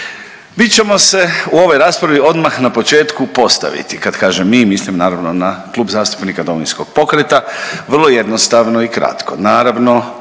Mi ćemo se u ovoj raspravi odmah na početku postaviti, kad kažem „mi“ mislim naravno na Klub zastupnika Domovinskog pokreta, vrlo jednostavno i kratko.